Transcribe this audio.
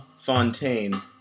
Fontaine